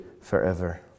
forever